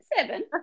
Seven